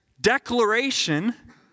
declaration